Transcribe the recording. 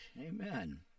Amen